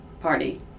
party